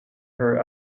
her